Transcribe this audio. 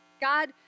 God